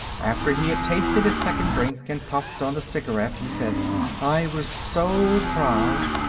after he had tasted his second drink and puffed on the cigarette, he said i was so proud.